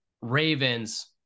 Ravens